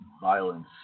Violence